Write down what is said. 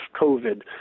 COVID